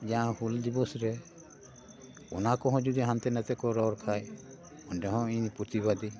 ᱡᱟᱦᱟᱸ ᱦᱩᱞ ᱫᱤᱵᱚᱥᱨᱮ ᱚᱱᱟ ᱠᱚᱦᱚ ᱡᱚᱫᱤ ᱦᱟᱱᱛᱮ ᱱᱟᱛᱮ ᱠᱚ ᱨᱚᱲ ᱠᱷᱟᱡ ᱚᱸᱰᱮ ᱦᱚᱸ ᱤᱧ ᱯᱨᱚᱛᱤᱵᱟᱫᱤᱧ